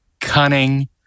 cunning